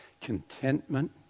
contentment